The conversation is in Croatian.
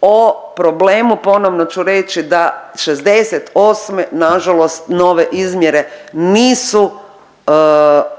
o problemu ponovno ću reći da '68. nažalost nove izmjere nisu